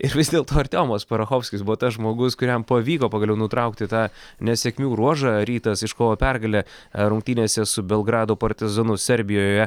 ir vis dėlto artiomas parchofskis buvo tas žmogus kuriam pavyko pagaliau nutraukti tą nesėkmių ruožą rytas iškovo pergalę rungtynėse su belgrado partizanu serbijoje